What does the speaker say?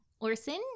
Orson